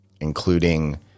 including